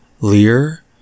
Lear